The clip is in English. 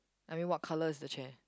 I mean what colour is the chair